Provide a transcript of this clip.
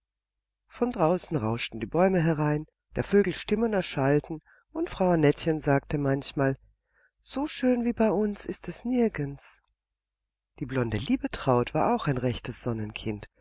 von draußen rauschten die bäume herein der vögel stimmen erschallten und frau annettchen sagte manchmal so schön wie bei uns ist es nirgends die blonde liebetraut war auch ein rechtes sonnenkind